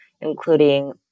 including